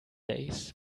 days